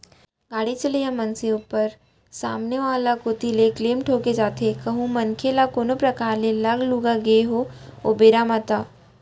गाड़ी चलइया मनसे ऊपर सामने वाला कोती ले क्लेम ठोंके जाथे कहूं मनखे ल कोनो परकार ले लग लुगा गे ओ बेरा म ता